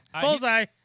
Bullseye